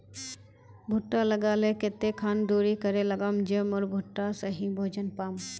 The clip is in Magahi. भुट्टा लगा ले कते खान दूरी करे लगाम ज मोर भुट्टा सही भोजन पाम?